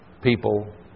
people